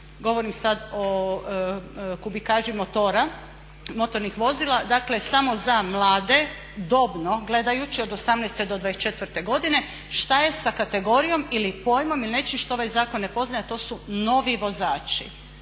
govorim sad o kubikaži motora, motornih vozila, dakle samo za mlade, dobno gledajući od 18 do 24 godine, što je sa kategorijom ili pojmom ili nečim što ovaj zakon ne poznaje, a to su novi vozači?